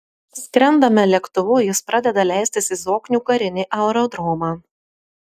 skrendame lėktuvu jis pradeda leistis į zoknių karinį aerodromą